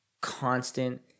constant